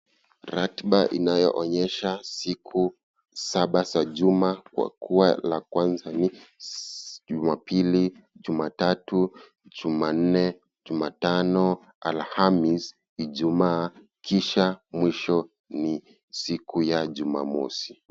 Ratiba inayoonyesha siku saba za juma kwa kuwa la kwanza ni ;jumapili, jumatatu, jumanne, jumatano, alhamisi, ijumaa kisha mwisho ni siku ya jumamosi.